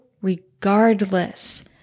regardless